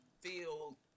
feel